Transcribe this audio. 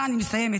אני מסיימת.